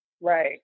Right